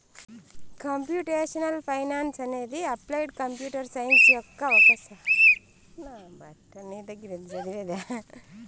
computational finance అనేది applied computer science యొక్క ఒక శాఖ